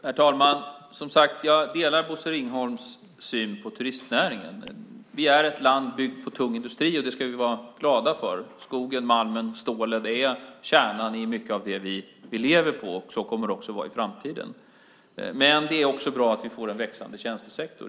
Herr talman! Jag delar som sagt Bosse Ringholms syn på turistnäringen. Vi är ett land byggt på tung industri, och det ska vi vara glada för. Skogen, malmen och stålet är kärnan i mycket av det vi lever på, och så kommer det också att vara i framtiden. Men det är bra att vi får en växande tjänstesektor.